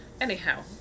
Anyhow